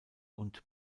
und